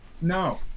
no